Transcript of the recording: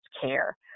care